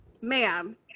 ma'am